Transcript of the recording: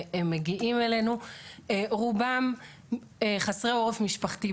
והם מגיעים אלינו רובם חסרי עורף משפחתי,